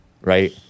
Right